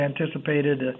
anticipated